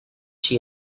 she